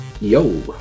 Yo